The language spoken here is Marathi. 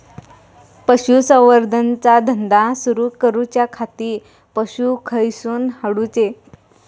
पशुसंवर्धन चा धंदा सुरू करूच्या खाती पशू खईसून हाडूचे?